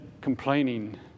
complaining